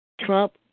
Trump